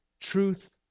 truth